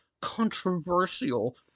controversial